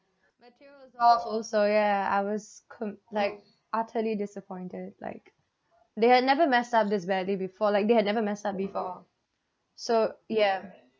so yeah I was com~ like utterly disappointed like they had never mess up this badly before like they had never mess up before so yeah